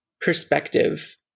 perspective